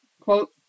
quote